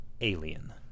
Alien